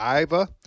Iva